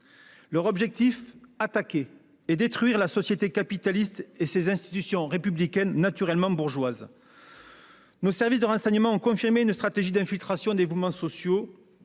Leur objectif : attaquer et détruire la société capitaliste et ses institutions républicaines, jugées intrinsèquement bourgeoises. Nos services de renseignement ont confirmé une stratégie d'infiltration des mouvements sociaux,